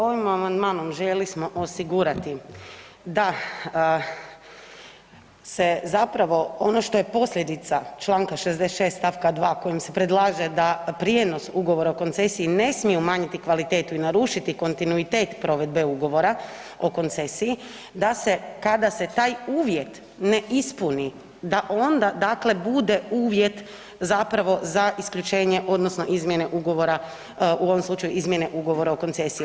ovim amandmanom željeli smo osigurati da se zapravo ono što je posljedica čl. 66. st. 2 kojim se predlaže da prijenos ugovora o koncesiji ne smije umanjiti kvalitetu i narušiti kontinuitet provedbe ugovora o koncesiji, da se, kada se taj uvjet ne ispuni, da onda dakle bude uvjet zapravo za isključenje, odnosno izmjene ugovora, u ovom slučaju izmjene ugovora o koncesiji.